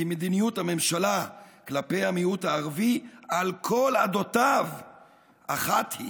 כי מדיניות הממשלה כלפי המיעוט הערבי על כל עדותיו אחת היא,